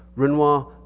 renoir,